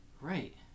right